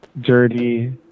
dirty